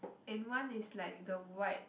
and one is like the white